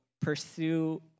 pursue